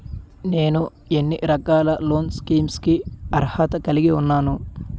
నేను ఎన్ని రకాల లోన్ స్కీమ్స్ కి అర్హత కలిగి ఉన్నాను?